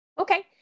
Okay